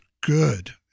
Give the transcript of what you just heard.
good